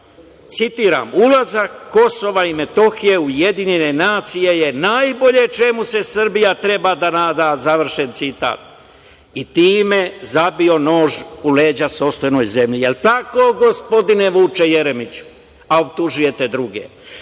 citiram: "Ulazak Kosova i Metohije u UN je najbolje čemu se Srbija treba da nada", završen citat, i time zabio nož u leđa sopstvenoj zemlji. Jel tako, gospodine Vuče Jeremiću, a optužujete druge? Šta